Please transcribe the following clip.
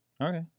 Okay